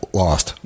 lost